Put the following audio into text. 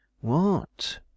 What